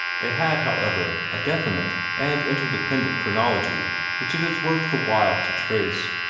they had, however, a definite and interdependent chronology which it is worth the while to trace.